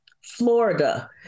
Florida